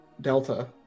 Delta